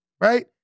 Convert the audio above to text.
right